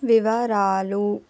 వివరాలు